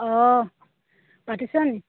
অঁ পাতিছ নেকি